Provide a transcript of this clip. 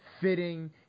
fitting